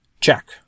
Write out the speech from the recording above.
check